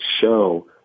show